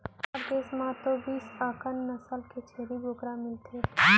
हमर देस म तो बीस अकन नसल के छेरी बोकरा मिलथे